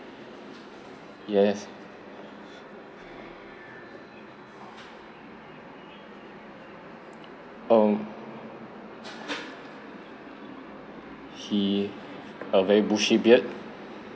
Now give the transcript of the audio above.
yes um he err very bushy beard